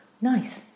Nice